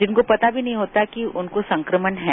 जिनको पता भी नहीं होता कि उनको संक्रमण है